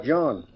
John